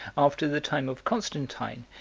after the time of constantine,